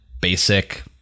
basic